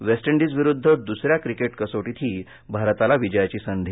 waste इंडीजविरुद्ध द्रसऱ्या cricket कसोटीतही भारताला विजयाची संधी